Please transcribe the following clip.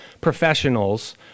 professionals